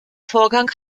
vorgang